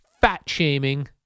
fat-shaming